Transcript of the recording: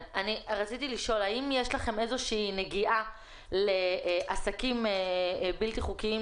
האם יש לכם איזושהי נגיעה לעסקים בלתי חוקיים